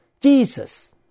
Jesus